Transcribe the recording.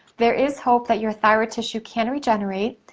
there is hope that your thyroid tissue can regenerate,